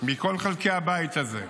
מכל חלקי הבית הזה,